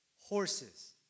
horses